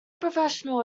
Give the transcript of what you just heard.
professional